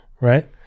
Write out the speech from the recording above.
right